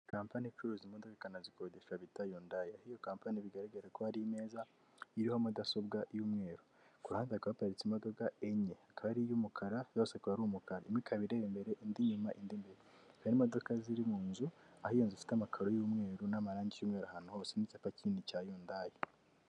Kampani icuruza imodoka ikanazikodesha bita Yundayi, aho iyo kampani bigaragara ko hari imeza iriho mudasobwa y'umweru. Ku ruhande hakaba haparitse imodoka enye, akaba ari y'umukara, zose zikaba ari umukara, imwe ikaba ireba imbere indi inyuma indi imbere. Akaba ari imodoka ziri mu nzu, aho iyo nzu ifite amakaro y'umweru n'amarangi y'umweru ahantu hose n'icyapa kinini cya Yundayi.